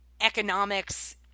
economics